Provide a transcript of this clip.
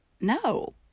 No